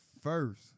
first